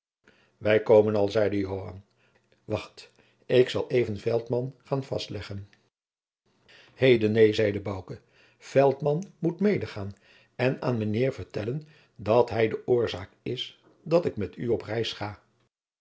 wij komen al zeide joan wacht ik zal even veltman gaan vastleggen heden neen zeide bouke veltman moet medegaan en aan mijnheer vertellen dat hij de oorzaak is dat ik met u op reis ga